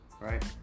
Right